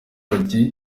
w’ingagi